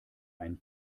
ein